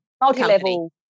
Multi-level